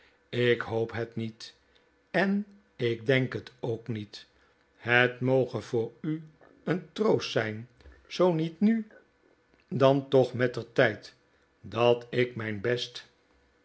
ik hoop het niet en ik denk het ook niet het moge voor u een troost zijn zoo niet nu dan toch mettertijd dat ik mijn best